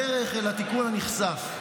כולנו מאחוריך בדרך אל התיקון הנכסף.